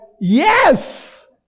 yes